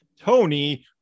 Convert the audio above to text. Tony